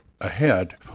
ahead